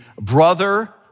brother